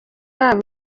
yabo